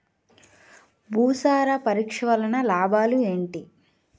భూసార పరీక్ష వలన లాభాలు ఏంటి?